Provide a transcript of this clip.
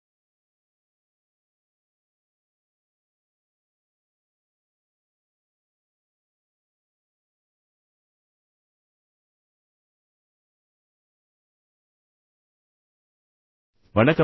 வணக்கம் தோழர்களே